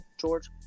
George